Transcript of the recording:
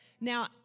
Now